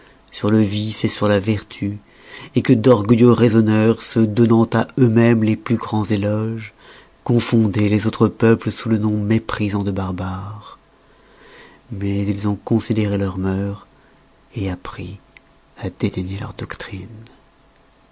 sur le vice sur la vertu que d'orgueilleux raisonneurs se donnant à eux-mêmes les plus grands éloges confondoient les autres peuples sous le nom méprisant de barbares mais ils ont considéré leurs mœurs appris à dédaigner leur doctrine